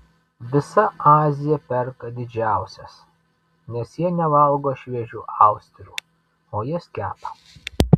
visa azija perka didžiausias nes jie nevalgo šviežių austrių o jas kepa